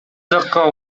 жакка